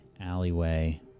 alleyway